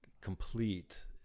complete